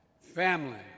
Family